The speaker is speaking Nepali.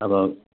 अब